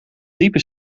diepe